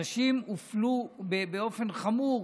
אנשים הופלו באופן חמור,